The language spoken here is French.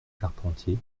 carpentier